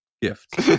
gift